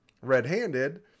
red-handed